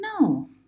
no